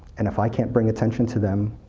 and if i can't bring attention to them,